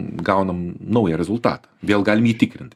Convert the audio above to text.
gaunam naują rezultatą vėl galim jį tikrint